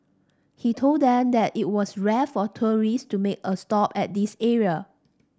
he told them that it was rare for tourist to make a stop at this area